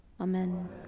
Amen